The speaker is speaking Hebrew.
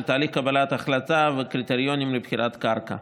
על תהליך קבלת ההחלטה והקריטריונים לבחירת קרקע,